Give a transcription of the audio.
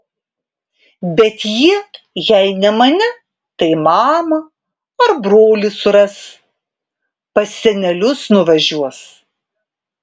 bet jie jei ne mane tai mamą ar brolį suras pas senelius nuvažiuos